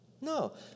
No